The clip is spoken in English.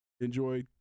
enjoy